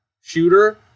shooter